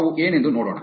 ಅವು ಏನೆಂದು ನೋಡೋಣ